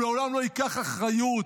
הוא לעולם לא ייקח אחריות.